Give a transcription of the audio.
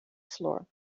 floor